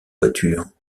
voitures